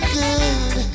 good